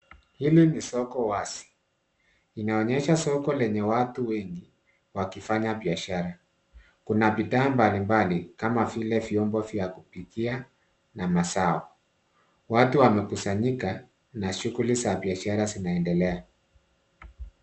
Hili ni soko wazi, linaonyesha soko lenye watu wengi wakifanya biashara. Kuna bidhaa mbalimbali kama vile vyombo vya kupikia na mazao. Watu wamekusanyika na shughuli za biashara zinaendelea.